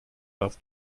warf